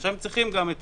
עכשיו הם צריכים גם את